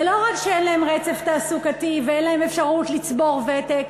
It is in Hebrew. זה לא רק שאין להם רצף תעסוקתי ואין להם אפשרות לצבור ותק.